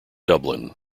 dublin